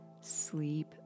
sleep